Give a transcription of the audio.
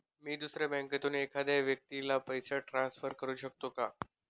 मी दुसऱ्या बँकेतून एखाद्या व्यक्ती ला पैसे ट्रान्सफर करु शकतो का?